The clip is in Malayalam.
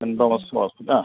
സെൻറ്റ് തോമസ് ഹോസ്പിറ്റൽ ആ